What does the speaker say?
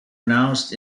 announced